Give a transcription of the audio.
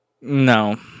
No